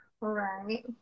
right